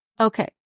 Okay